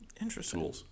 interesting